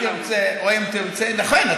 אכן,